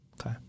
Okay